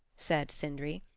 said sindri.